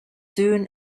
soon